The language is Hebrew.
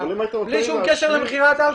בלי קשר למכירת אלכוהול.